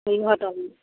किंग होटलमे